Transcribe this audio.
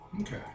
Okay